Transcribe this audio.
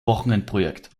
wochenendprojekt